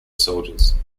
soldiers